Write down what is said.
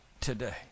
today